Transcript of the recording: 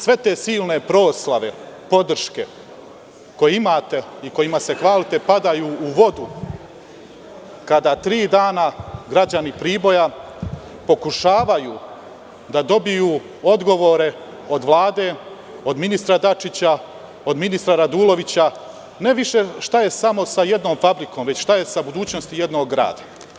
Sve te silne proslave, podrške koje imate i kojima se hvalite, padaju u vodu kada tri dana građani Priboja pokušavaju da dobiju odgovore od Vlade, od ministra Dačića, od ministra Radulovića, ne više šta je samo sa jednom fabrikom nego šta je sa budućnostijednog grada.